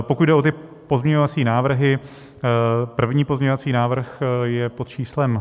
Pokud jde o ty pozměňovací návrhy, první pozměňovací návrh je pod číslem 8202.